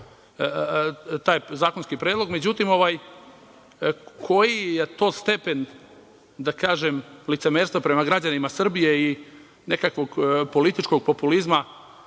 taj zakonski predlog. Međutim, koji je to stepen licemerstva prema građanima Srbije i nekakvog političkog populizma,